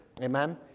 Amen